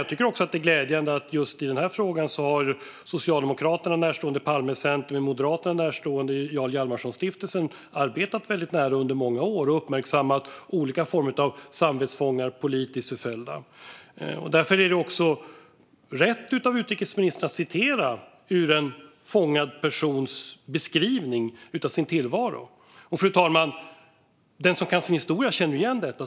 Jag tycker att det är glädjande att det Socialdemokraterna närstående Palmecentret och den Moderaterna närstående Jarl Hjalmarson-stiftelsen har arbetat nära under många år och uppmärksammat olika former av samvetsfångar och politiskt förföljda. Därför är det rätt av utrikesministern att citera ur en fångad persons beskrivning av sin tillvaro. Och, fru talman, den som kan sin historia känner igen det.